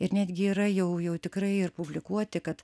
ir netgi yra jau jau tikrai ir publikuoti kad